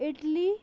Italy